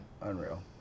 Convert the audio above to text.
unreal